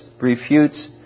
refutes